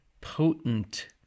potent